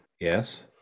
Yes